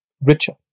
richer